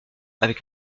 avec